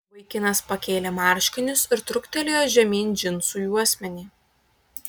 vaikinas pakėlė marškinius ir truktelėjo žemyn džinsų juosmenį